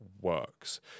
works